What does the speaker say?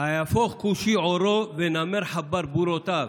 "היהפֹך כושי עורו ונמר חברבֻרֹתיו".